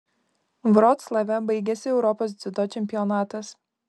vroclave baigėsi europos dziudo čempionatas